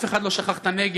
אף אחד לא שכח את הנגב,